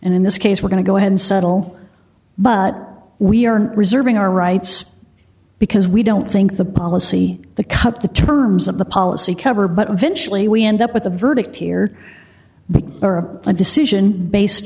and in this case we're going to go ahead and settle but we aren't reserving our rights because we don't think the policy the cut the terms of the policy cover but eventually we end up with a verdict here but decision based